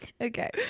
Okay